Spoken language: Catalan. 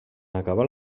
acabar